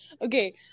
okay